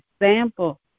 example